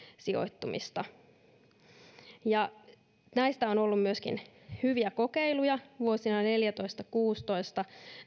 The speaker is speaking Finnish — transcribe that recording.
sijoittumista myöskin näistä päihdekuntoutuksista on ollut hyviä kokeiluja vuosina neljätoista viiva kuusitoista